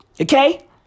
Okay